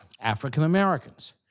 African-Americans